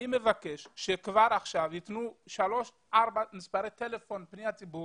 אני מבקש שכבר עכשיו ייתנו שלושה-ארבעה מספרי טלפון לפניות ציבור.